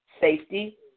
safety